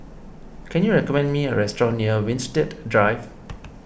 can you recommend me a restaurant near Winstedt Drive